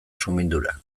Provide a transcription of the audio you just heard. sumindura